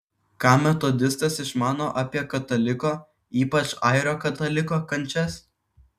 ką metodistas išmano apie kataliko ypač airio kataliko kančias